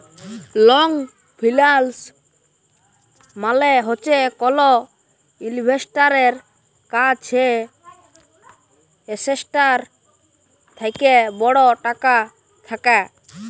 long ফিল্যাল্স মালে হছে কল ইল্ভেস্টারের কাছে এসেটটার থ্যাকে বড় টাকা থ্যাকা